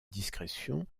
discrétion